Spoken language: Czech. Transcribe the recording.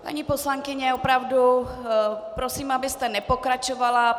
Paní poslankyně, opravdu prosím, abyste nepokračovala.